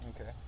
Okay